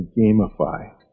gamify